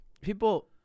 People